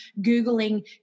Googling